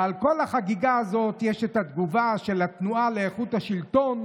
ועל כל החגיגה הזאת יש את התגובה של התנועה לאיכות השלטון,